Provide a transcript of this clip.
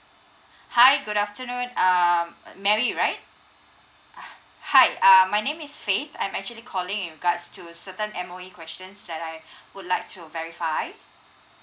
hi good afternoon um mary right h~ hi err my name is fave I'm actually calling in regards to certain M_O_E questions that I would like to verify